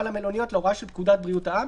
ההוראה למלוניות להוראה של פקודת בריאות העם,